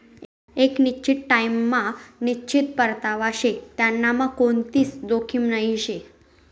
एक निश्चित टाइम मा निश्चित परतावा शे त्यांनामा कोणतीच जोखीम नही शे